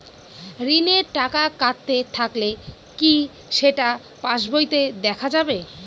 ঋণের টাকা কাটতে থাকলে কি সেটা পাসবইতে দেখা যাবে?